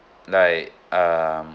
like um